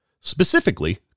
specifically